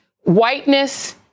whiteness